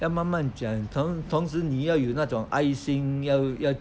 要慢慢讲从同时要有那种爱心要要